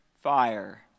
fire